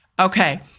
okay